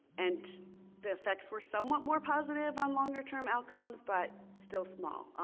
and the effects were somewhat more positive on longer term outcomes, but still small.